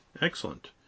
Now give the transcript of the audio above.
Excellent